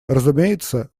разумеется